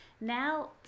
Now